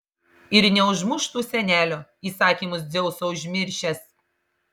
ir neužmuštų senelio įsakymus dzeuso užmiršęs